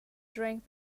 drank